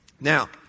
Now